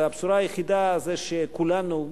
הבשורה היחידה זה שכולנו,